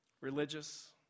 Religious